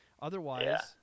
Otherwise